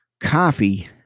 coffee